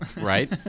Right